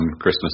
Christmas